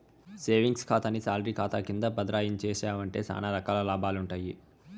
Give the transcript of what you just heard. savings కాతాని salary కాతా కింద బదలాయించేశావంటే సానా రకాల లాభాలుండాయి